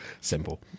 Simple